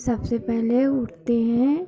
सबसे पहले उठते हैं